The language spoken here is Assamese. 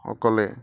অকলে